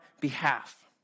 behalf